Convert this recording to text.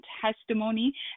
testimony